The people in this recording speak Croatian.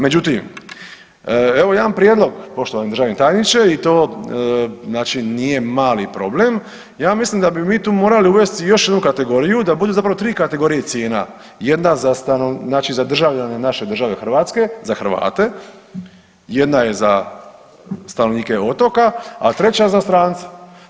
Međutim, evo jedan prijedlog poštovani državni tajniče i to nije mali problem, ja mislim da bi mi tu morali uvesti još jednu kategoriju da budu zapravo tri kategorije cijena, jedna za državljane naše države Hrvatske za Hrvate, jedna je za stanovnike otoka, a treća za strance.